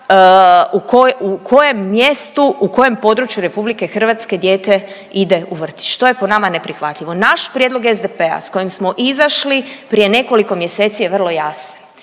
u kojem mjestu, u kojem području RH dijete ide u vrtić, to je po nama neprihvatljivo. Naš prijedlog SDP-a s kojim smo izašli prije nekoliko mjeseci je vrlo jasan,